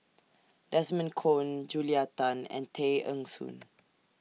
Desmond Kon Julia Tan and Tay Eng Soon